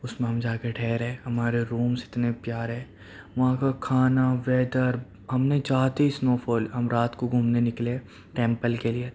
اس میں ہم جا کے ٹھہرے ہمارے رومز اتنے پیارے وہاں کا کھانا ویدر ہم نے جاتے ہی اسنو فال ہم رات کو گھومنے نکلے ٹیمپل کے لئے